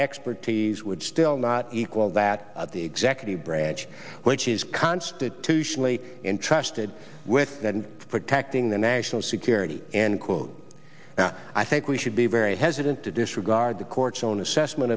expertise would still not equal that of the executive branch which is constitutionally entrusted with protecting the national security and quoting now i think we should be very hesitant to disregard the court's own assessment